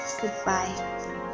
goodbye